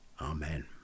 Amen